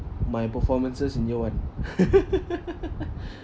my performances in year one